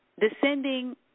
descending